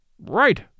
Right